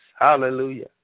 Hallelujah